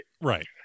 Right